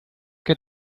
que